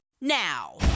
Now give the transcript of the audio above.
now